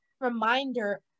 reminder